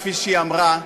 כפי שהיא אמרה,